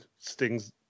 Sting's